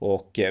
Och